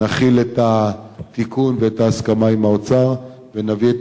נחיל את התיקון ואת ההסכמה עם האוצר ונביא את